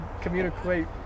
communicate